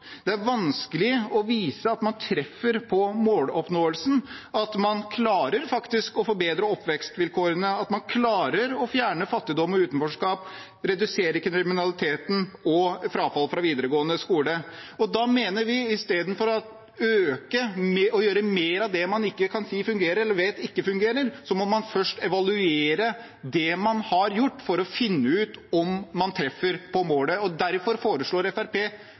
Det er vanskelig å vise at man treffer på måloppnåelsen, at man faktisk klarer å forbedre oppvekstsvilkårene, at man klarer å fjerne fattigdom og utenforskap, redusere kriminaliteten og frafall fra videregående skole. Da mener vi at istedenfor å gjøre mer av det man ikke kan si fungerer eller vet ikke fungerer, må man først evaluere det man har gjort, for å finne ut om man treffer på målet. Derfor foreslår